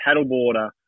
paddleboarder